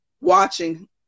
watching